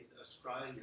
Australia